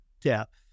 depth